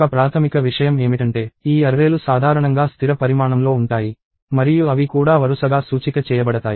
ఒక ప్రాథమిక విషయం ఏమిటంటే ఈ అర్రేలు సాధారణంగా స్థిర పరిమాణంలో ఉంటాయి మరియు అవి కూడా వరుసగా సూచిక చేయబడతాయి